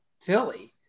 Philly